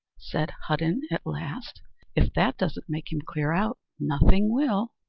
said hudden at last if that doesn't make him clear out, nothing will.